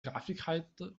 grafikkarte